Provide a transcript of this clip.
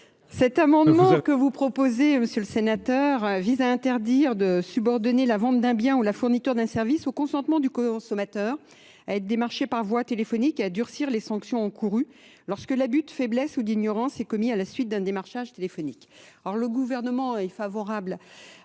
Cet amendement que vous proposez Monsieur le Sénateur vise à interdire de subordonner la vente d'un bien ou la fourniture d'un service au consentement du consommateur. à être démarché par voie téléphonique et à durcir les sanctions encourues lorsque l'abus de faiblesse ou d'ignorance est commis à la suite d'un démarchage téléphonique.